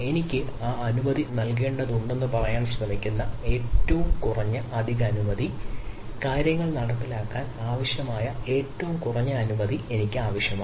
എനിക്ക് ആ അനുമതി നൽകേണ്ടതുണ്ടെന്ന് പറയാൻ ശ്രമിക്കുന്ന ഏറ്റവും കുറഞ്ഞ അധിക അനുമതി കാര്യങ്ങൾ നടപ്പിലാക്കാൻ ആവശ്യമായ ഏറ്റവും കുറഞ്ഞ അനുമതി എനിക്ക് ആവശ്യമാണ്